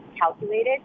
calculated